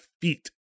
feet